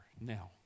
Now